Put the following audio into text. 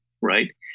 right